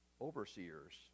overseers